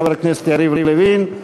חבר הכנסת יריב לוין.